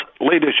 leadership